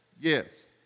Yes